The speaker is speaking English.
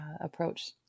approach